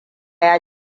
ya